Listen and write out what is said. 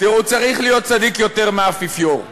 תראו, צריך להיות צדיק יותר מהאפיפיור.